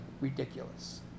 ridiculous